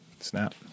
snap